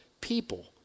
people